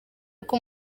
uko